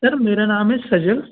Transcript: sir मेरा नाम है सजल